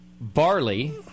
barley